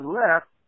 left